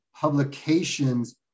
publications